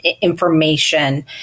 information